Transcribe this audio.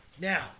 Now